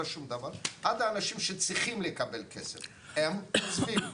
ועד האנשים שצריכים לקבל כסף הם עוזבים,